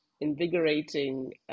invigorating